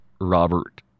Robert